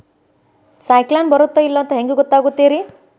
ಸೈಕ್ಲೋನ ಬರುತ್ತ ಇಲ್ಲೋ ಅಂತ ಹೆಂಗ್ ಗೊತ್ತಾಗುತ್ತ ರೇ?